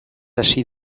hasi